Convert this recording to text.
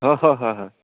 অঁ হয় হয় হয়